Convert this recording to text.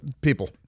people